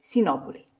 Sinopoli